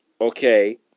Okay